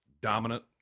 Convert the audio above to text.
dominant